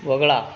वगळा